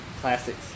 classics